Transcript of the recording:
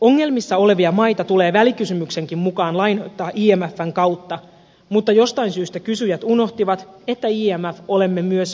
ongelmissa olevia maita tulee välikysymyksenkin mukaan lainoittaa imfn kautta mutta jostain syystä kysyjät unohtivat että imf olemme myös me